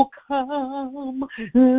come